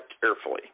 carefully